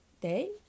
day